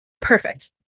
Perfect